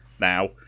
now